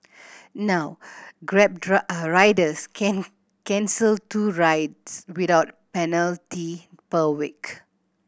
now Grab riders can cancel two rides without penalty per week